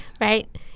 Right